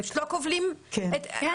תודה